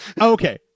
Okay